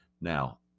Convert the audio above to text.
Now